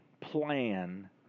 plan